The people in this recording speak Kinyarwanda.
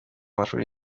mashuri